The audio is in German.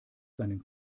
seinen